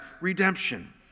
redemption